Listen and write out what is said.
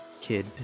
kid